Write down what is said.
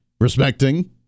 respecting